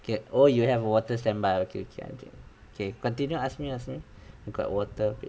K oh you have water standby okay okay okay okay continue ask me ask me got water